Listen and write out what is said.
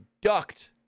ducked